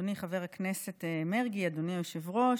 אדוני חבר הכנסת מרגי, אדוני היושב-ראש,